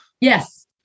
Yes